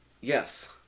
Yes